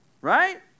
Right